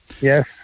Yes